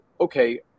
okay